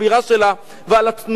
ועל התנועה בתוכה,